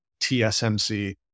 TSMC